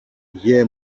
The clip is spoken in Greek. γιε